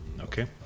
Okay